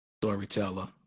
storyteller